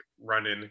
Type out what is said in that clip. running